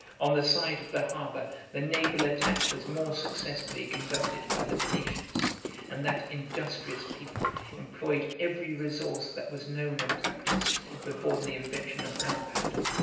on the side of the harbor the naval attack was more successfully conducted by the venetians and that industrious people employed every resource that was known and practiced before the invention of gunpowder.